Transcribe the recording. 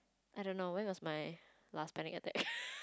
I don't know when was my last panic attack